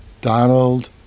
Donald